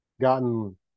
gotten